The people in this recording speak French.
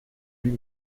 lui